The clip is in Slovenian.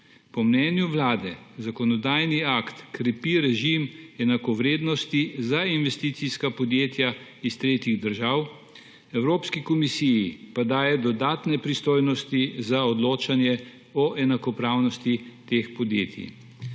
Po mnenju Vlade zakonodajni akt krepi režim enakovrednosti za investicijska podjetja iz tretjih držav, Evropski komisiji pa daje dodatne pristojnosti za odločanje o enakopravnosti teh podjetij.